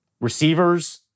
receivers